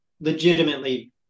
legitimately